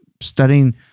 studying